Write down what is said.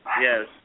Yes